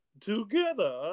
together